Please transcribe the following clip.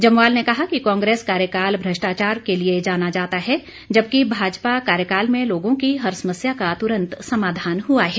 जम्वाल ने कहा कि कांग्रेस कार्यकाल भष्ट्राचार के लिए जाना जाता है जबकि भाजपा कार्यकाल में लोगों की हर समस्या का तुरंत समाधान हुआ है